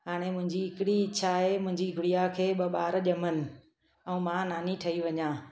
हाणे मुंहिंजी हिकड़ी इच्छा आहे मुंहिंजी गुड़िया खे ॿ ॿार ॼमनि ऐं मां नानी ठही वञा